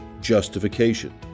justification